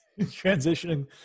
Transitioning